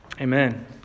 Amen